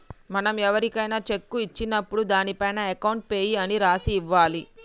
మనం ఎవరికైనా శెక్కు ఇచ్చినప్పుడు దానిపైన అకౌంట్ పేయీ అని రాసి ఇవ్వాలి